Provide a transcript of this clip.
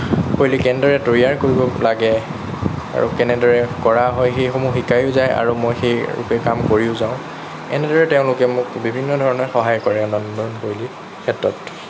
শৈলী কেনেদৰে তৈয়াৰ কৰিব লাগে আৰু কেনেদৰে কৰা হয় সেইসমূহ শিকায়ো যায় আৰু মই সেইৰূপে কাম কৰিও যাওঁ এনেদৰে তেওঁলোকে মোক বিভিন্ন ধৰণে সহায় কৰে ৰন্ধনশৈলীৰ ক্ষেত্ৰত